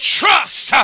trust